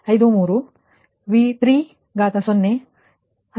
05 j 0 ಮತ್ತು ನಿಮ್ಮ ಇತರ ಪದ 0